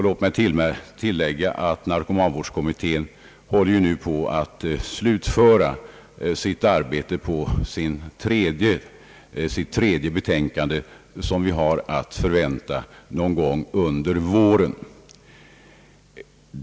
Låt mig tillägga att narkomanvårdskommittén nu är i färd med att slutföra arbetet på sitt tredje betänkande, som vi kan förvänta någon gång under våren.